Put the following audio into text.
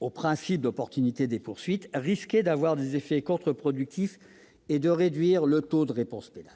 au principe d'opportunité des poursuites, risquait d'avoir des effets contre-productifs et de réduire le taux de réponse pénale.